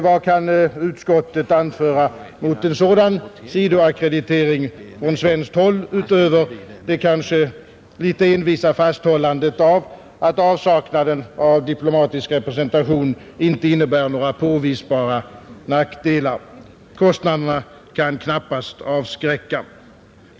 Vad kan utskottet anföra mot en sådan sidoackreditering från svenskt håll utöver det kanske litet envisa fasthållandet av att avsaknaden av diplomatisk representation inte innebär några påvisbara nackdelar? Kostnaderna kan knappast avskräcka.